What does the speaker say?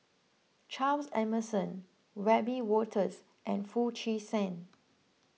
Charles Emmerson Wiebe Wolters and Foo Chee San